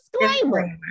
disclaimer